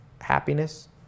happiness